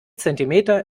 zentimeter